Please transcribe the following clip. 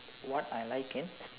what I like in